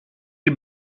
die